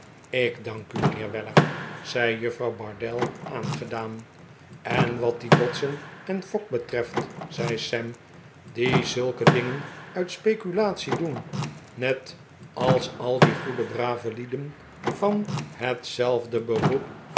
ik dank u mijnheer weller zei juffrouw bardell aangedaan en wat die dodson en fogg betreft zei sam die zulke dingen uit speeulatie doen net als al die goede brave lieden van hetzelfde beroep